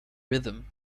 rhythm